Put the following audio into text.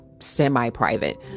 semi-private